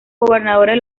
gobernadores